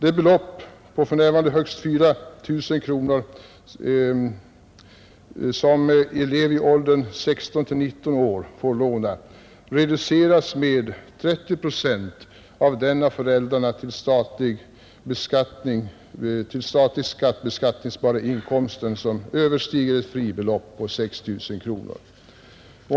Det belopp på för närvarande högst 4 000 kronor som elev i åldern 16—19 år får låna reduceras med 30 procent av den del av föräldrarnas till statlig skatt beskattningsbara inkomst som överstiger ett fribelopp på 6 000 kronor.